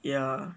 ya